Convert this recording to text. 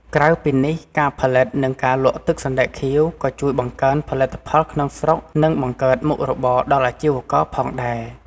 ក្រៅពីនេះ ការផលិត និងលក់ទឹកសណ្ដែកខៀវ ក៏ជួយបង្កើនផលិតផលក្នុងស្រុក និងបង្កើតមុខរបរដល់អាជីវករផងដែរ។